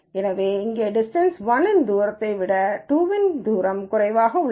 எனவே இங்கே டிஸ்டன்ஸ் 1 தூரத்தை விட 2 குறைவாக உள்ளது